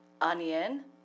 onion